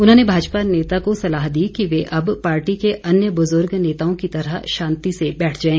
उन्होंने भाजपा नेता को सलाह दी कि वे अब पार्टी के अन्य बुजुर्ग नेताओं की तरह शांति से बैठ जाए